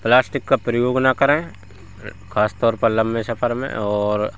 plastic का प्रयोग ना करें ख़ासतौर पर लंबे सफर में और